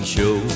Show